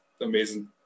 amazing